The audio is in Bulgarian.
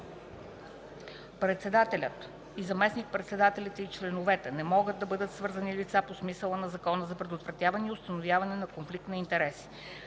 Председателят, заместник-председателите и членовете не могат да бъдат свързани лица по смисъла на Закона за предотвратяване и установяване на конфликт на интереси.